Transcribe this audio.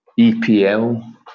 EPL